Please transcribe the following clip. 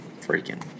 freaking